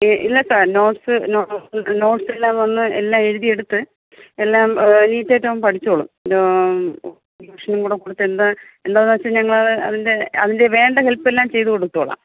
ഏഹ് ഇല്ല sir notes notes എല്ലാം ഒന്ന് എല്ലാം എഴുതിയെടുത്ത് എല്ലാം ഈസിയായിട്ട് അവൻ പഠിച്ചുകൊളളും ട്യൂഷനും കൂടെ കൊടുത്ത് എന്താ എന്താണെന്നു വച്ചാൽ ഞങ്ങളത് അതിൻ്റെ അതിൻ്റെ വേണ്ട ഹെൽപ്പെല്ലാം ചെയ്തു കൊടുത്തോളം